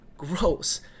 Gross